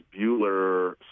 Bueller